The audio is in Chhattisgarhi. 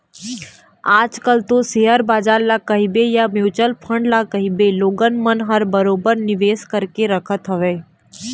आज कल तो सेयर बजार ल कहिबे या म्युचुअल फंड म कहिबे लोगन मन ह बरोबर निवेश करके रखत हवय